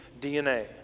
DNA